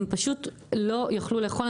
הם פשוט לא יכלו לאכול,